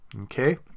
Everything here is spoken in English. Okay